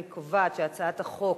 אני קובעת שהצעת החוק